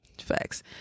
facts